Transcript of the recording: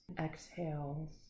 exhales